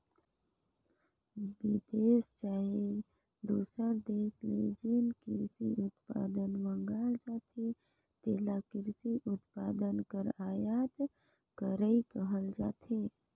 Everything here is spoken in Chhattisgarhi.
बिदेस चहे दूसर देस ले जेन किरसी उत्पाद मंगाल जाथे तेला किरसी उत्पाद कर आयात करई कहल जाथे